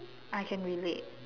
I can relate